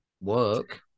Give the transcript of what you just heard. work